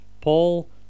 Paul